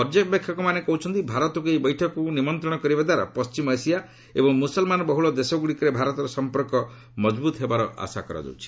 ପର୍ଯ୍ୟବେକ୍ଷକମାନେ କହୁଛନ୍ତି ଭାରତକୁ ଏହି ବୈଠକକୁ ନିମନ୍ତ୍ରଣ କରିବାଦାରା ପଣ୍ଢିମ ଏସିଆ ଏବଂ ମୁସଲ୍ମାନବହୁଳ ଦେଶଗୁଡ଼ିକରେ ଭାରତର ସମ୍ପର୍କ ମଜବୁତ୍ ହେବାର ଆଶା କରାଯାଉଛି